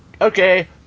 okay